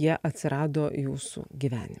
jie atsirado jūsų gyvenime